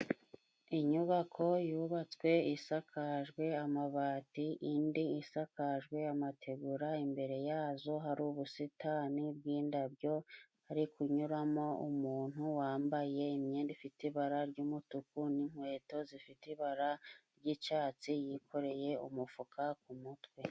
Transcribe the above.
inyubako yubatswe isakajwe amabati indi isakajwe amategura imbere yazo hari ubusitani bw'indabyo ari kunyuramo umuntu wambaye imyenda ifite ibara ry'umutuku n'inkweto zifite ibara ry'icatsi yikoreye umufuka ku mutwe